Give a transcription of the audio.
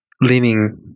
leaning